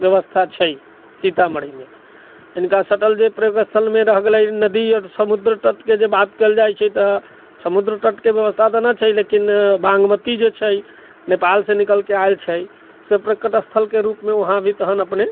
व्यवस्था छै सीतामढ़ीमे इनका सटल जे पर्यटक स्थलमे रहि गेलै नदी समुद्र तटके जे बात कयल जाइत छै तऽ समुद्र तटके व्यवस्था तऽ नहि छै लेकिन बागमती जे छै नेपाल से निकलिके आयल छै से पर्यटक स्थलके रूपमे वहाँ भी तहन अपने